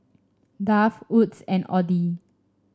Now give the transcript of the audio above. Dove Wood's and Audi